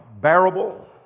bearable